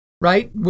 Right